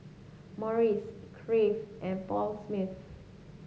Morries Crave and Paul Smith